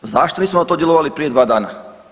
Zašto nismo na to djelovali prije dva dana?